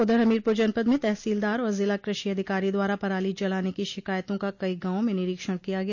उधर हमीरपुर जनपद में तहसीलदार और जिला कृषि अधिकारी द्वारा पराली जलाने की शिकायतों का कई गांवों में निरीक्षण किया गया